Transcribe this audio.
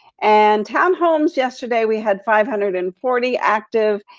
and town homes yesterday we had five hundred and forty active,